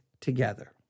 together